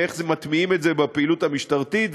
איך מטמיעים את זה בפעילות המשטרתית,